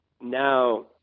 now